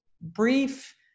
brief